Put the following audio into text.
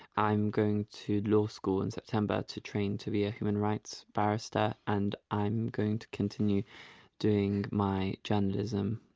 i'm going to law school in september to train to be a human rights barrister and i'm going to continue doing my journalism,